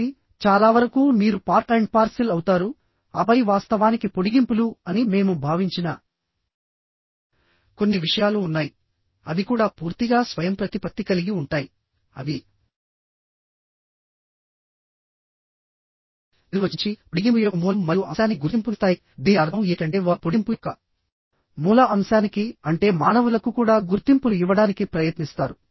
కాబట్టి చాలా వరకు మీరు పార్ట్ అండ్ పార్శిల్ అవుతారు ఆపై వాస్తవానికి పొడిగింపులు అని మేము భావించిన కొన్ని విషయాలు ఉన్నాయి అవి కూడా పూర్తిగా స్వయంప్రతిపత్తి కలిగి ఉంటాయి అవి నిర్వచించి పొడిగింపు యొక్క మూలం మరియు అంశానికి గుర్తింపును ఇస్తాయి దీని అర్థం ఏమిటంటే వారు పొడిగింపు యొక్క మూల అంశానికి అంటే మానవులకు కూడా గుర్తింపును ఇవ్వడానికి ప్రయత్నిస్తారు